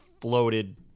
floated